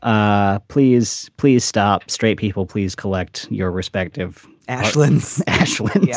um please, please stop straight people. please collect your respective ashland's. ashley,